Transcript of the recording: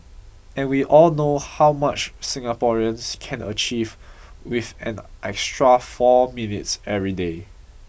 and we all know how much Singaporeans can achieve with an extra four minutes every day